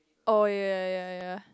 oh ya ya ya ya